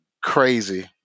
crazy